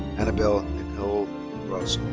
annabella nicole